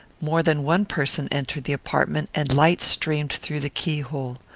more than one person entered the apartment, and light streamed through the keyhole.